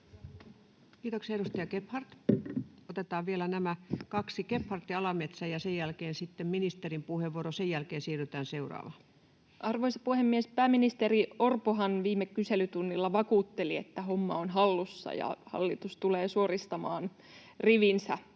Kiitoksia. — Edustaja Gebhard. — Otetaan vielä nämä kaksi, Gebhard ja Alametsä, ja sen jälkeen sitten ministerin puheenvuoro. Sen jälkeen siirrytään seuraavaan. Arvoisa puhemies! Pääministeri Orpohan viime kyselytunnilla vakuutteli, että homma on hallussa ja hallitus tulee suoristamaan rivinsä